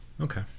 Okay